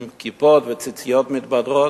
עם כיפות וציציות מתבדרות.